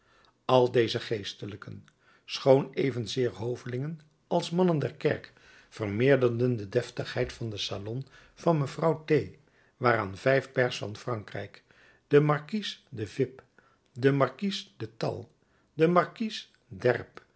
al deze geestelijken schoon evenzeer hovelingen als mannen der kerk vermeerderden de deftigheid van den salon van mevrouw t waaraan vijf pairs van frankrijk de markies de vib de markies de tal de markies